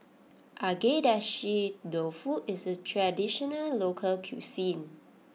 Agedashi Dofu is a traditional local cuisine